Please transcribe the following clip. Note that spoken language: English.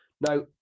now